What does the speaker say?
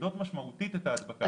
מורידות משמעותית את ההדבקה.